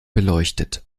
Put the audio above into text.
beleuchtet